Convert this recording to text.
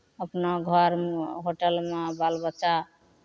अपना घरमे होटलमे बाल बच्चा